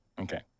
Okay